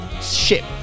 ship